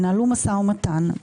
ינהלו משא ומתן,